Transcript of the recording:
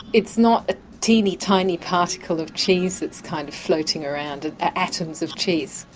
it's not a teeny tiny particle of cheese that's kind of floating around, atoms of cheese?